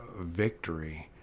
victory